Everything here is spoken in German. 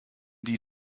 die